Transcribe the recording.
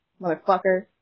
motherfucker